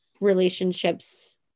relationships